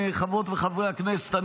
חברות וחברי הכנסת,